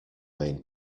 main